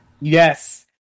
Yes